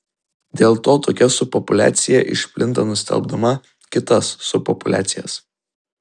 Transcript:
dėl to tokia subpopuliacija išplinta nustelbdama kitas subpopuliacijas